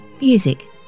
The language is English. Music